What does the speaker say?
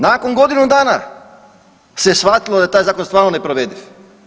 Nakon godinu dana se shvatilo da je taj zakon stvarno neprovediv.